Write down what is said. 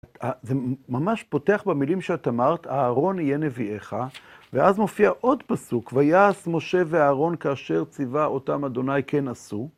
זה ממש פותח במילים שאת אמרת, אהרון יהיה נביאך, ואז מופיע עוד פסוק, ויעש משה ואהרון כאשר ציווה אותם ה' כן עשו.